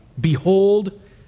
Behold